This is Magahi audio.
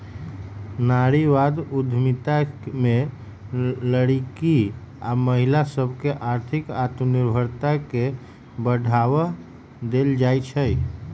नारीवाद उद्यमिता में लइरकि आऽ महिला सभके आर्थिक आत्मनिर्भरता के बढ़वा देल जाइ छइ